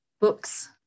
books